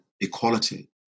equality